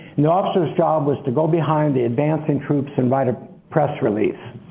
the officer's job was to go behind the advancing troops and write a press release.